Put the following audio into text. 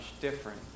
different